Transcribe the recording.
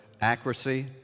accuracy